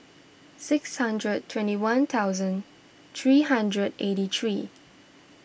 six hundred twenty one thousand three hundred eighty three